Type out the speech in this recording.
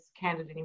candidate